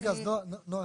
רגע, אז נעה.